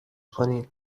کنین